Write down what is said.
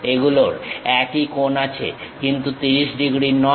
এগুলোর একই কোণ আছে কিন্তু 30 ডিগ্রী নয়